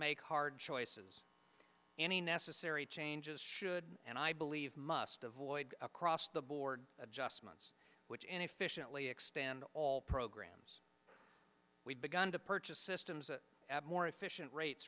make hard choices any necessary changes should and i believe must avoid across the board adjustments which inefficiently extend all programs we've begun to purchase systems that abhor efficient rates